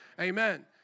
Amen